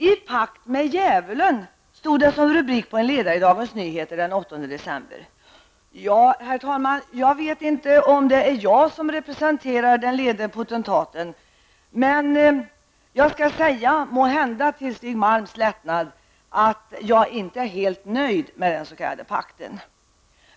''I pakt med djävulen'', stod det som rubrik på en ledare i Dagens Nyheter den 8 december. Jag vet inte om det är jag som representerar den lede potentaten, men jag skall -- måhända till Stig Malms lättnad -- säga att jag inte är helt nöjd med den s.k. pakten.